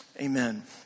Amen